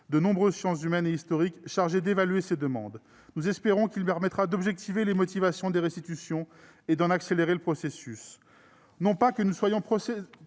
de nombreuses sciences humaines et historiques chargés d'évaluer ces demandes. Nous espérons qu'il permettra d'objectiver les motivations des restitutions et d'en accélérer le processus-